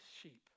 sheep